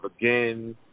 again